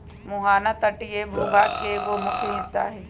मुहाना तटीय भूभाग के एगो मुख्य हिस्सा हई